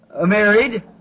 married